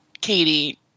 Katie